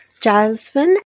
Jasmine